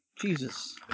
Jesus